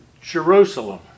Jerusalem